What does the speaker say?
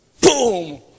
Boom